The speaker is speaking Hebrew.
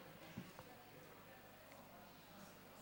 טוב,